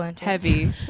heavy